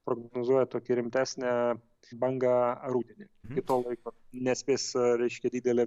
prognozuoja tokį rimtesnę bangą rudenį iki to laiko nespės reiškia didelė